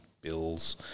Bills